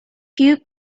few